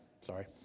Sorry